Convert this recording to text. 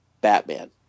Batman